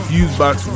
Fusebox